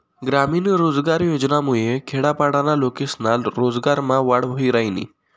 ग्रामीण रोजगार योजनामुये खेडापाडाना लोकेस्ना रोजगारमा वाढ व्हयी रायनी